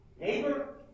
neighbor